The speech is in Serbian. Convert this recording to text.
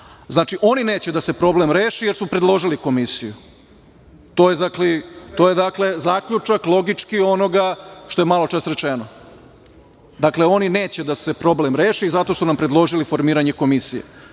oni neće da se problem reši jer su predložili komisiju. To je, dakle, zaključak logički onoga što je maločas rečeno. Dakle, oni neće da se problem reši i zato su nam predložili formiranje komisije,